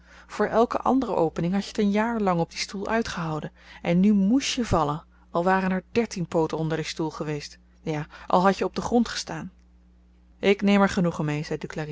voor elke andere opening had je t een jaar lang op dien stoel uitgehouden en nu moest je vallen al waren er dertien pooten onder dien stoel geweest ja al had je op den grond gestaan ik neem er genoegen